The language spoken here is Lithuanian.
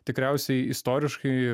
tikriausiai istoriškai